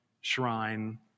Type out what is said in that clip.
shrine